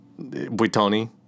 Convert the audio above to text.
Buitoni